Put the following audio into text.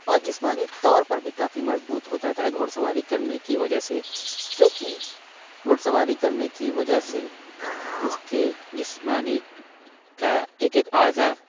اور جسمانی طور پر بھی کافی مضبوط ہو جاتا ہے گھوڑا سواری کرنے کی وجہ سے کیوں کہ گھوڑا سواری کرنے کی وجہ سے اُس کے جسمانی کا ایک ایک اعضاء